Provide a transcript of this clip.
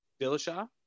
Dillashaw